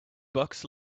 bucks